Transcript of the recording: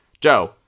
Joe